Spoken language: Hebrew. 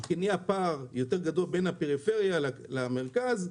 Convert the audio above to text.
כי נהיה פער גדול יותר בין הפריפריה למרכז.